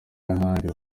ahandi